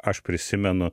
aš prisimenu